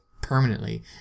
permanently